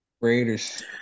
Raiders